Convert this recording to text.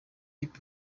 hip